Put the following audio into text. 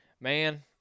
Man